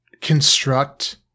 construct